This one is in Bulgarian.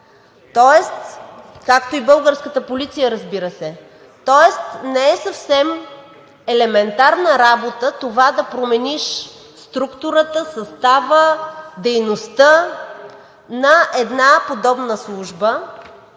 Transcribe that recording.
както и българската полиция, разбира се, тоест не е съвсем елементарна работа това да промениш структурата, състава, дейността на една подобна служба,